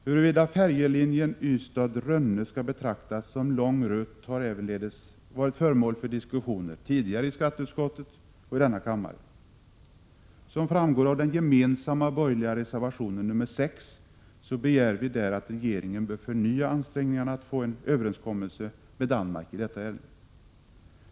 Huruvida färjelinjen Ystad— Rönne skall betraktas som s.k. ”lång rutt” har ävenledes varit föremål för diskussioner tidigare i skatteutskottet och i denna kammare. Som framgår av den gemensamma borgerliga reservationen nr 6 så begär vi där att regeringen bör förnya ansträngningarna att få en överenskommelse med Danmark i detta ärende.